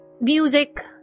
music